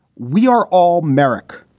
we are all merek.